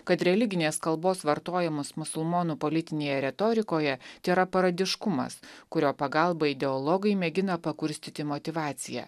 kad religinės kalbos vartojimas musulmonų politinėje retorikoje tėra paradiškumas kurio pagalba ideologai mėgina pakurstyti motyvaciją